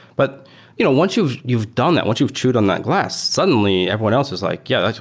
but you know once you've you've done that, once you've chewed on that glass, suddenly everyone else is like, yeah,